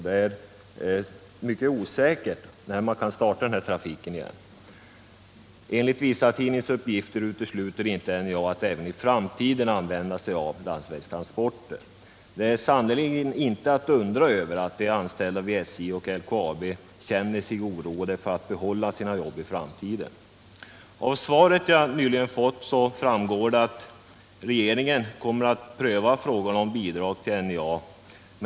Det är mycket osäkert när man kan starta trafiken igen. Enligt vissa tidningsuppgifter utesluter inte NJA att företaget även i framtiden kommer att använda sig av landsvägstransporter. Det är sannerligen inte att undra över att de anställda vid SJ och LKAB känner sig oroade för att de inte skall få behålla sina jobb i framtiden. Av kommunikationsministerns svar framgår att regeringen kommer att pröva frågan om bidrag till NJA.